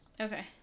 Okay